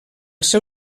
seu